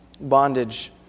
bondage